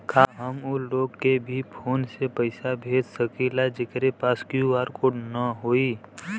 का हम ऊ लोग के भी फोन से पैसा भेज सकीला जेकरे पास क्यू.आर कोड न होई?